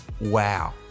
Wow